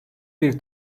bir